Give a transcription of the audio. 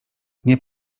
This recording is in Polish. nie